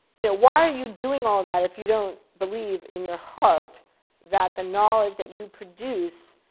you know why are you doing all that if you don't believe in your heart that the knowledge that you produce